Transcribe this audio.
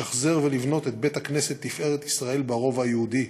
לשחזר ולבנות את בית-הכנסת "תפארת ישראל" ברובע היהודי,